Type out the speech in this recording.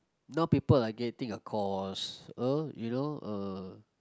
now people are getting a course oh you know uh